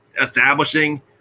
establishing